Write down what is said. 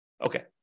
Okay